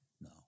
No